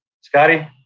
Scotty